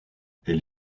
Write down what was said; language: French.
elle